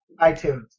iTunes